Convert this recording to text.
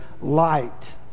light